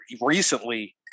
recently